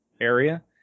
area